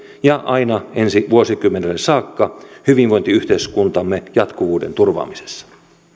ja aina ensi vuosikymmenelle saakka hyvinvointiyhteiskuntamme jatkuvuuden turvaamisessa